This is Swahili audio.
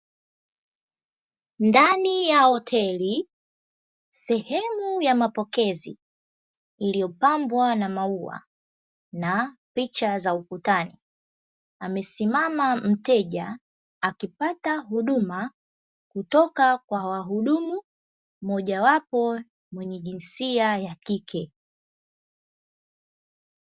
Ndani ya hoteli, sehemu ya mapokezi iliyopambwa na maua na picha za ukutani, amesimama mteja akipata huduma kutoka kwa wahudumu, mmoja wapo ni mwenye jinsia ya kike.